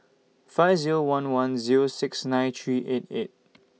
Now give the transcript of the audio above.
five Zero one one Zero six nine three eight eight